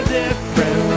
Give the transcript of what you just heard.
different